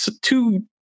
two